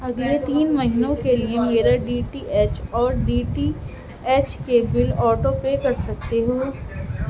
اگلے تین مہینوں کے لیے میرا ڈی ٹی ایچ اور ڈی ٹی ایچ کے بل آٹو پے کر سکتے ہو